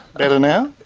better now?